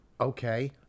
Okay